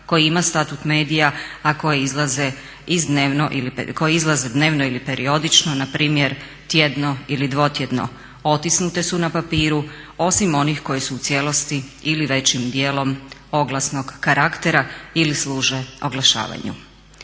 koji ima statut medija, a koji izlaze dnevno ili periodično na primjer tjedno ili dvotjedno, otisnute su na papiru osim onih koje su u cijelosti ili većim dijelom oglasnog karaktera ili služe oglašavanju.